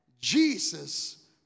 Jesus